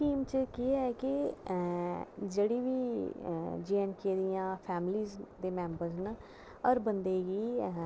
इस स्कीम च केह् ऐ कि जेह्ड़ियां बी जेएंडके दियां फेमिलीज़ ते मेंबर न हर बंदे गी